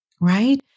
right